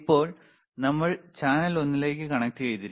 ഇപ്പോൾ നമ്മൾ ചാനൽ ഒന്നിലേക്ക് കണക്റ്റുചെയ്തു